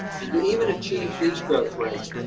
and to even achieve these growth rates,